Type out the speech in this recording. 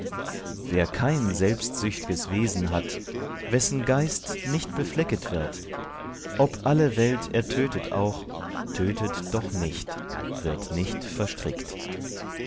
wer kein selbstsücht'ges wesen hat wessen geist nicht beflecket wird ob alle welt er tötet auch tötet doch nicht wird nicht verstrickt